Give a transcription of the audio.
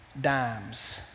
dimes